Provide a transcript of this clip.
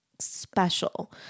special